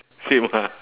same ah